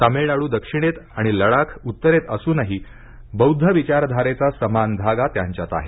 तमिळनाडू दक्षिणेत आणि लडाख उत्तरेत असूनही बौध्द विचारधारेचा समान धागा त्यांच्यात आहे